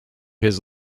his